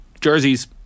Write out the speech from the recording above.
jerseys